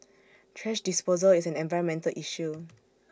thrash disposal is an environmental issue